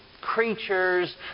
creatures